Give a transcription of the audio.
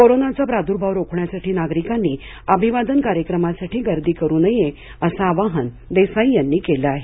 कोरोनाचा प्रादु्भाव रोखण्यासाठी नागरिकांनी अभिवादन कार्यक्रमासाठी गर्दी करु नये असं आवाहन देसाई यांनी केलं आहे